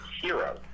Hero